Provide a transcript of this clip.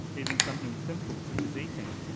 even something simple, such as eating.